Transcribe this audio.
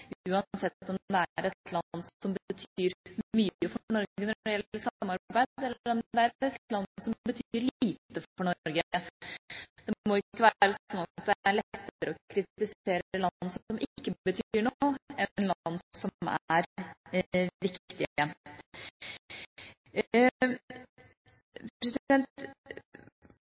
at Norge legger de samme standardene til grunn i forhold til menneskerettigheter uansett hvilket land det er snakk om, uansett om det er et land som betyr mye for Norge når det gjelder samarbeid, eller om det er et land som betyr lite for Norge. Det må ikke være sånn at det er lettere å kritisere land som ikke betyr noe, enn land som er